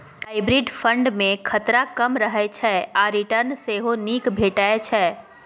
hybrid fund मे खतरा कम रहय छै आ रिटर्न सेहो नीक भेटै छै